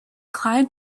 climbed